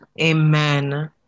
Amen